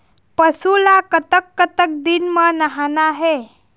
पशु ला कतक कतक दिन म नहाना हे?